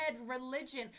religion